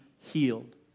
healed